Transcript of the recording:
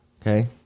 Okay